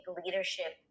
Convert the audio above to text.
leadership